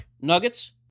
nuggets